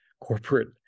corporate